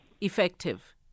Effective